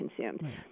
consumed